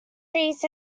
trees